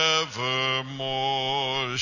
evermore